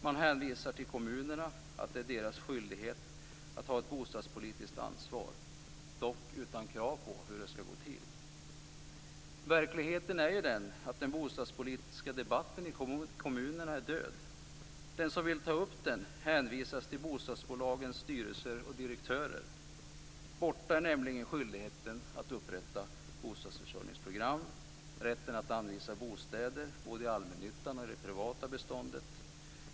Man hänvisar till att det är kommunernas skyldighet att ta ett bostadspolitiskt ansvar, dock utan krav på hur det skall gå till. Verkligheten är ju den att den bostadspolitiska debatten i kommunerna är död. Den som vill ta upp den hänvisas till bostadsbolagens styrelser och direktörer. Borta är nämligen skyldigheten att upprätta bostadsförsörjningsprogram och rätten att anvisa bostäder, både i allmännyttan och i det privata beståndet.